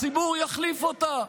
הציבור יחליף אותה.